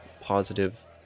positive